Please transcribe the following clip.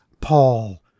Paul